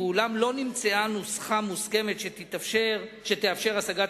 אולם לא נמצאה נוסחה מוסכמת שתאפשר השגת